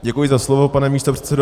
Děkuji za slovo, pane místopředsedo.